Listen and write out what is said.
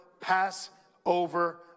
Passover